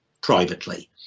privately